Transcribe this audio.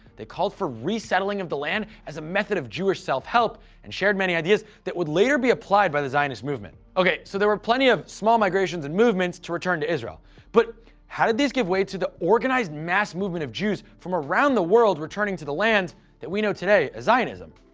they called for resettling of the land as a method of jewish self-help and shared many ideas that would later be applied by the zionist movement. okay, so there were plenty of small migrations and movements to return to israel but how did these give way to the organized mass movement of jews from around the world returning to the lands that we know today as zionism?